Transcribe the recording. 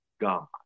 God